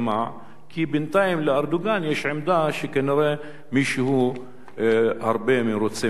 כי בינתיים לארדואן יש עמדה שכנראה מישהו מרוצה ממנה מאוד.